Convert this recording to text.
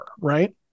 right